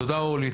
תודה אורלי,